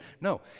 No